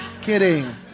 Kidding